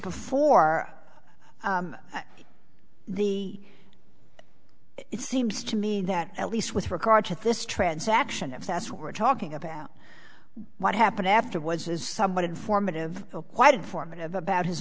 before the it seems to me that at least with regard to this transaction if that's what we're talking about what happened afterwards is somewhat informative why did formative about his